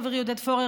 חברי עודד פורר,